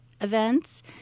events